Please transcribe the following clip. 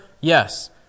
Yes